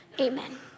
amen